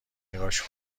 نگاش